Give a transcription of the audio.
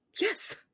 Yes